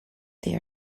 they